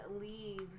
leave